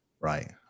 Right